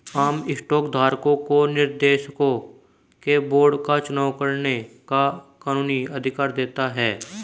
आम स्टॉक धारकों को निर्देशकों के बोर्ड का चुनाव करने का कानूनी अधिकार देता है